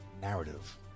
narrative